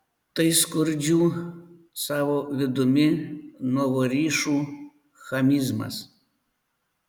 tai skurdžių savo vidumi nuvorišų chamizmas